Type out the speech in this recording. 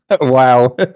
Wow